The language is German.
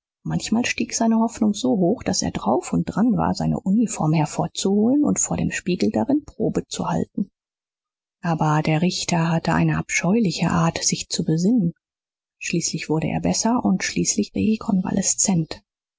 manchmal stieg seine hoffnung so hoch daß er drauf und dran war seine uniform hervorzuholen und vor dem spiegel darin probe zu halten aber der richter hatte eine abscheuliche art sich zu besinnen schließlich wurde er besser und schließlich rekonvaleszent